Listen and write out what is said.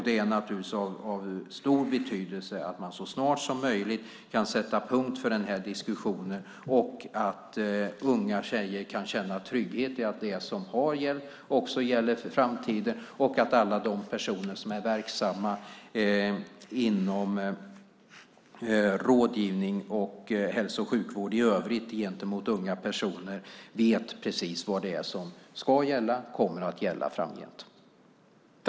Det är naturligtvis av stor betydelse att man så snart som möjligt kan sätta punkt för den här diskussionen och att unga tjejer kan känna trygghet i att det som har gällt också gäller för framtiden. Alla de personer som är verksamma inom rådgivning och hälso och sjukvård i övrigt gentemot unga personer ska veta precis vad det är som ska gälla och kommer att gälla framgent.